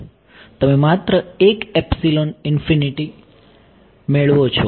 તમે માત્ર એક એપ્સીલોન ઇન્ફીનીટી મેળવો છો